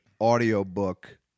audiobook